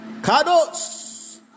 Kados